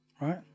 right